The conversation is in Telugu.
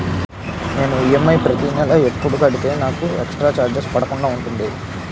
నేను ఈ.ఎమ్.ఐ ప్రతి నెల ఎపుడు కడితే నాకు ఎక్స్ స్త్ర చార్జెస్ పడకుండా ఉంటుంది?